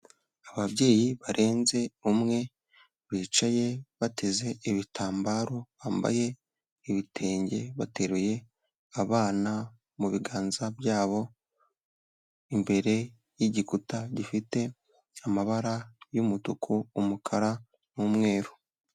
Ababyeyi barenze umwe bicaye bateze ibitambaro, bambaye ibitenge bateruye abana mu biganza byabo, imbere y'igikuta gifite amabara y'umutuku, umukara n'umweru.